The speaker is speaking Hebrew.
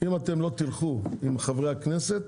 אם אתם לא תלכו עם חברי הכנסת,